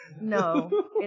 No